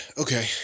Okay